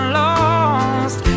lost